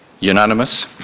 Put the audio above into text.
Unanimous